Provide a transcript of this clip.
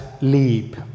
leap